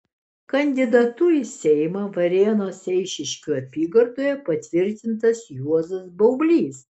kandidatu į seimą varėnos eišiškių apygardoje patvirtintas juozas baublys